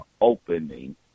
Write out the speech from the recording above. opening